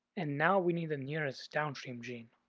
and now we need the nearest downstream gene.